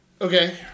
Okay